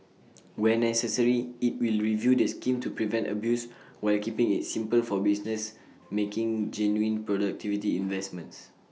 where necessary IT will review the scheme to prevent abuse while keeping IT simple for businesses making genuine productivity investments